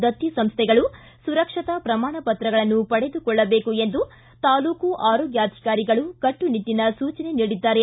ದತ್ತಿ ಸಂಸ್ಥೆಗಳು ಸುರಕ್ಷತಾ ಪ್ರಮಾಣ ಪತ್ರಗಳನ್ನು ಪಡೆದುಕೊಳ್ಳಬೇಕು ಎಂದು ತಾಲ್ಲೂಕು ಆರೋಗ್ಯಾಧಿಕಾರಿಗಳು ಕಟ್ಟುನಿಟ್ಟನ ಸೂಚನೆ ನೀಡಿದ್ದಾರೆ